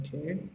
okay